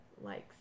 likes